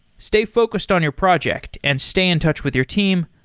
stay focused on your project and stay in touch with your team.